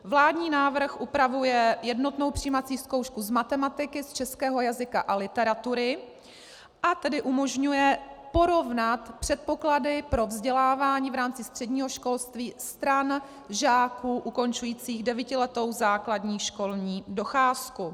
Vládní návrh upravuje jednotnou přijímací zkoušku z matematiky, z českého jazyka a literatury, a tedy umožňuje porovnat předpoklady pro vzdělávání v rámci středního školství stran žáků ukončujících devítiletou základní školní docházku.